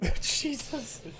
Jesus